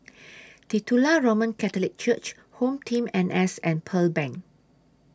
Titular Roman Catholic Church Home Team N S and Pearl Bank